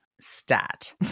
stat